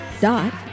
dot